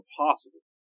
possible